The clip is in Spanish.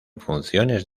funciones